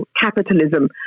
capitalism